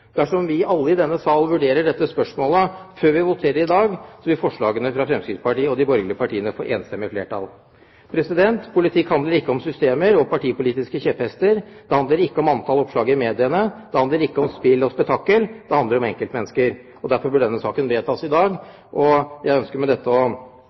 Dersom vi alle i denne sal vurderer dette spørsmålet før vi voterer i dag, vil forslagene fra Fremskrittspartiet og forslaget fra Høyre og Kristelig Folkeparti få flertall. Politikk handler ikke om systemer og partipolitiske kjepphester. Det handler ikke om antall oppslag i mediene. Det handler ikke om spill og spetakkel. Det handler om enkeltmennesker. Derfor bør denne saken vedtas i